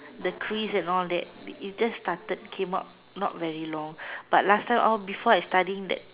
the craze and all that it just started came out not very long but last time all before I studying that